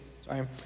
sorry